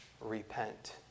repent